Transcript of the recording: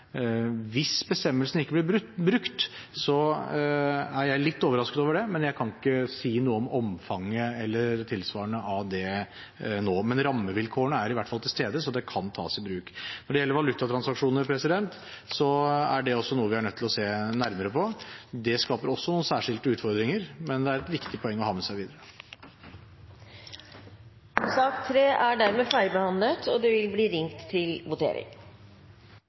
Hvis bestemmelsen ikke blir brukt, er jeg litt overrasket over det, men jeg kan ikke si noe om omfanget eller tilsvarende nå. Men rammevilkårene er i hvert fall til stede, så de kan tas i bruk. Når det gjelder valutatransaksjoner, er det også noe vi er nødt til å se nærmere på. Det skaper også noen særskilte utfordringer, men det er et viktig poeng å ha med seg videre. Dermed er debatten i sak nr. 3 omme. Etter at det var ringt til votering,